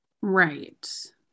right